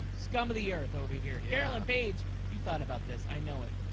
scum of the earth over here. carolyn page, you thought about this, i know it.